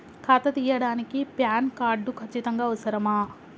ఖాతా తీయడానికి PAN card ఖచ్చితంగా అవసరమా?